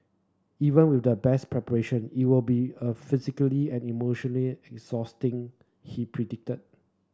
even with the best preparation it will be a physically and emotionally exhausting he predicted